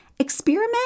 Experiment